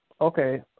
Okay